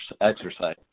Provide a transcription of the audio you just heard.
exercise